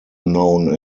known